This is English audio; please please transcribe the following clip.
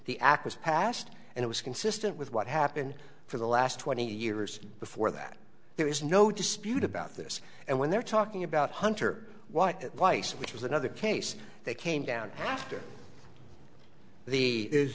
the act was passed and it was consistent with what happened for the last twenty years before that there is no dispute about this and when they're talking about hunter what advice which was another case they came down after the is